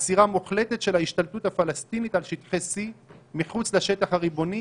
עצירה מוחלטת של ההשתלטות הפלסטינית על שטחי C מחוץ לשטח הריבוני,